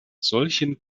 solchen